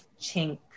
chink